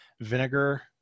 vinegar